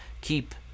Keep